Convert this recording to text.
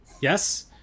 Yes